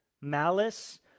Malice